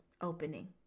opening